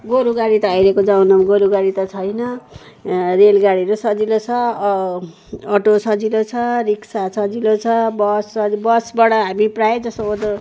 गोरु गाडी त अहिलेको जमानामा गोरु गाडी त छैन रेलगाडीहरू सजिलो छ अटो सजिलो छ रिक्सा सजिलो छ बस सजिलो छ बसबाट हामी प्रायजसो